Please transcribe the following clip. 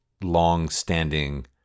long-standing